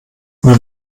wenn